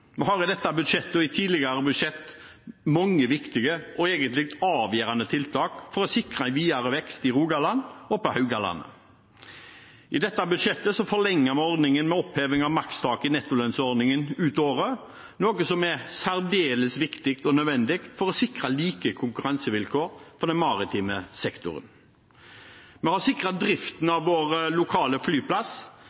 Vi har i dette budsjettet og i tidligere budsjett mange viktige og egentlig avgjørende tiltak for å sikre videre vekst i Rogaland og på Haugalandet. I dette budsjettet forlenger vi ordningen med oppheving av makstak i nettolønnsordningen ut året, noe som er særdeles viktig og nødvendig for å sikre like konkurransevilkår for den maritime sektoren. Vi har sikret driften